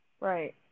Right